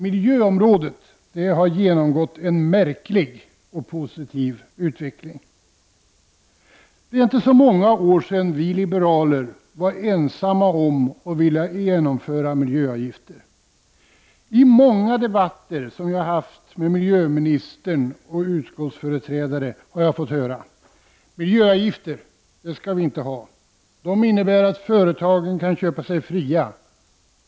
Miljöområdet har genomgått en märklig och positiv utveckling. Det är inte så många år sedan vi liberaler var ensamma om att vilja genomföra miljöavgifter. I många debatter som jag haft med miljöministern och utskottsföreträdare har jag fått höra: Miljöavgifter innebär att företagen kan köpa sig fria.